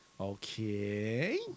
Okay